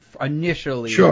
initially